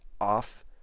off